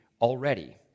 already